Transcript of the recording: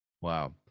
Wow